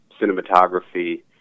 cinematography